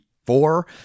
Four